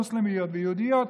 מוסלמיות ויהודיות,